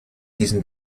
diesem